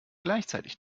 gleichzeitig